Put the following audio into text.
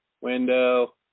window